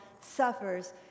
suffers